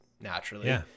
naturally